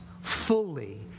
fully